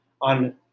on